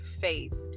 faith